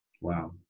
Wow